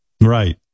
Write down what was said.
right